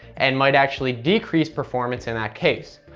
and might actually decrease performance in that case.